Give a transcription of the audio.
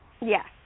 Yes